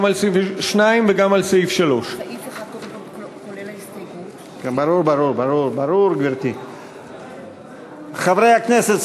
גם על סעיף 2 וגם על סעיף 3. חברי הכנסת,